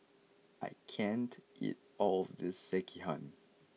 I can't eat all of this Sekihan